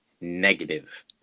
negative